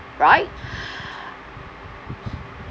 right